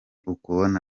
ukubona